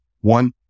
one